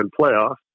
playoffs